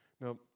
Now